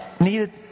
needed